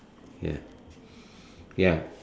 ya ya